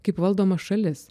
kaip valdoma šalis